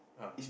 uh